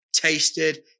Tasted